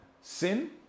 Sin